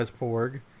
porg